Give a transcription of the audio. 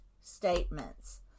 statements